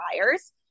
buyers